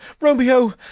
Romeo